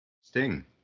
Sting